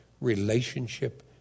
relationship